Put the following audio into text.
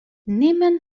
nimmen